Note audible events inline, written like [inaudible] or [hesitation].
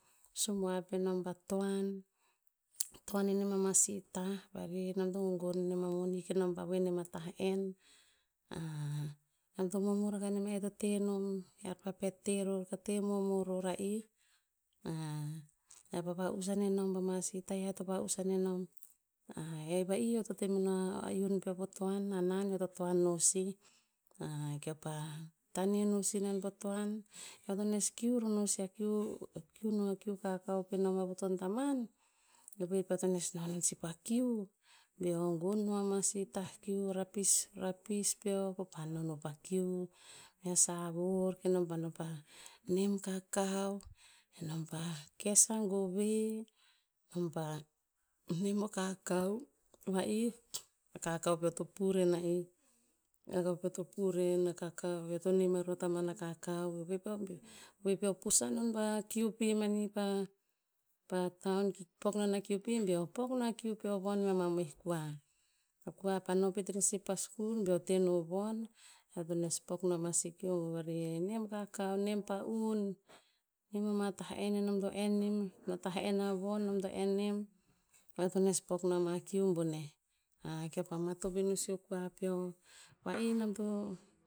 Subuav penom pa toan [noise] toan inem ama sih tah, vave nom to gogon inem a moni kenom pah vuen nem a tah'en [hesitation] nom to momor akah nem e to te nom, iar pa pet te ror ka te mom rora ih, [hesitation] epa va'us anenom pama si tayah e to va'us anenom [hesitation] eo va'ih to te meno [hesitation] iun peo po toan, hanan ve eoto toan noh sih [hesitation] keo pa tane no sihnen pa toan, eo to tones kiu ro no sih akiukiu no kiu kakau penom a vuton taman, ke voe peo pa nes non sih pa kiu, beo gon no ama si tah kiu, rapis, rapis peo keo pa no nopa kiu mea savor, kenon pa no pa nem kakau, kenom pa kes a gove, nom pa nem o kakau. Va'ih a kakau peo to pur ena'ih. Kakau peo to pur en, a kakau eoto nem aru ataman akakau, voe peo bi, voe peo pusan non pama kiu pi mani pa, pa taun, ki pok non a kiu pi beo pok no a kiu peo von mea mamoeh kua. O kua pa no pet rer sih pa skur beo teno von, eotones pok no ama sih kiu bovarih. Nem kakau, nem pa'un, nem ama tah en enom to en nem, ama tah en a von nom to en nem, eo to nes pok no ama kiu boneh [hesitation] keo pa matop ino sih o kua peo. Va'ih nom to.